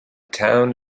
town